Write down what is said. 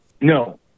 no